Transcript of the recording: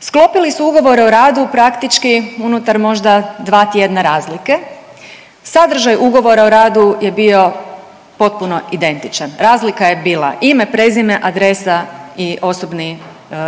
Sklopili su ugovore o radu praktički možda unutar dva tjedna razlike. Sadržaj ugovora o radu je bio potpuno identičan. Razlika je bila ime, prezime, adresa i osobni